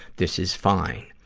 this is fine.